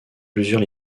plusieurs